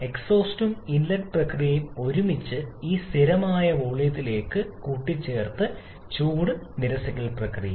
എക്സ്ഹോസ്റ്റും inlet പ്രക്രിയയും ഒരുമിച്ച് ഈ സ്ഥിരമായ വോള്യത്തിലേക്ക് കൂട്ടിച്ചേർത്തു ചൂട് നിരസിക്കൽ പ്രക്രിയ